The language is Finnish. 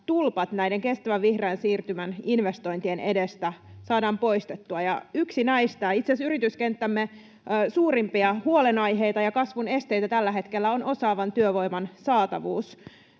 tulpat näiden kestävän vihreän siirtymän investointien edestä saadaan poistettua. Ja yksi näistä, itse asiassa yrityskenttämme suurimpia huolenaiheita ja kasvun esteitä tällä hetkellä, on osaavan työvoiman saatavuus.